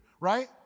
right